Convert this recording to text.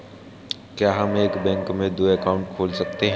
क्या हम एक बैंक में दो अकाउंट खोल सकते हैं?